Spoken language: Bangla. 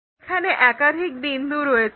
এখানে একাধিক বিন্দু রয়েছে